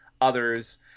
others